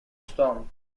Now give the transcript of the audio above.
storm